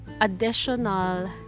additional